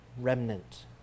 remnant